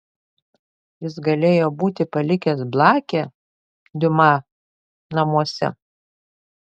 jis galėjo būti palikęs blakę diuma namuose